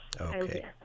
Okay